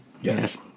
Yes